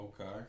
Okay